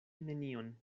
nenion